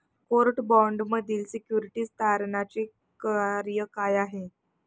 Court बाँडमधील securities तारणाचे कार्य काय आहे?